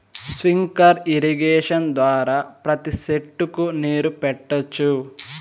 sprinkler irrigation ద్వారా ప్రతి సెట్టుకు నీరు పెట్టొచ్చు